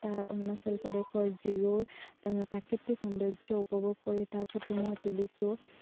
তাৰ অৰুণাচল প্ৰদেশৰ জিৰ'ৰ প্ৰাকৃতিক সৌন্দৰ্য উপভোগ কৰি তাৰ ফটো মই তুলিছোঁ